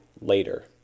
later